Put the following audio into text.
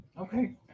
okay